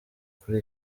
kuri